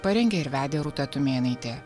parengė ir vedė rūta tumėnaitė